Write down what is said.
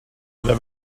there